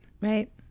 right